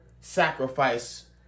sacrifice